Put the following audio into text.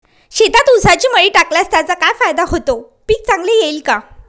शेतात ऊसाची मळी टाकल्यास त्याचा काय फायदा होतो, पीक चांगले येईल का?